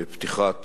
בפתיחת